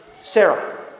Sarah